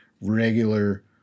regular